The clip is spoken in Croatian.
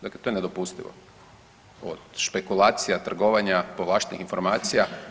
Dakle, to je nedopustivo, od špekulacija trgovanja povlaštenih informacija.